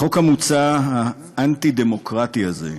החוק המוצע, האנטי-דמוקרטי הזה,